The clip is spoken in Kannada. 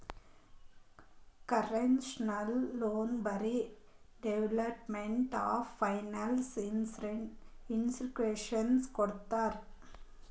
ಕನ್ಸೆಷನಲ್ ಲೋನ್ ಬರೇ ಡೆವೆಲಪ್ಮೆಂಟ್ ಆಫ್ ಫೈನಾನ್ಸ್ ಇನ್ಸ್ಟಿಟ್ಯೂಷನದವ್ರು ಕೊಡ್ತಾರ್